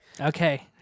Okay